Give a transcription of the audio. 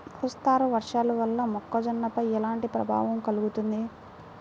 మోస్తరు వర్షాలు వల్ల మొక్కజొన్నపై ఎలాంటి ప్రభావం కలుగుతుంది?